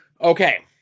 Okay